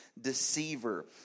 deceiver